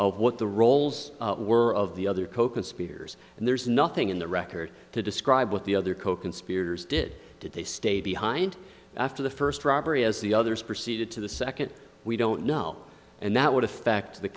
of what the roles were of the other coconspirators and there's nothing in the record to describe what the other coconspirators did did they stay behind after the first robbery as the others proceeded to the second we don't know and that would affect the